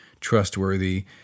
trustworthy